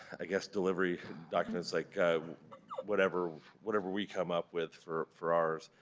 i guess delivery documents like whatever whatever we come up with for for ours,